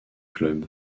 club